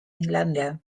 irlanda